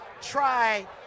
try